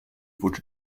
wurde